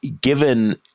given